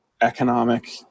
economic